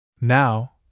Now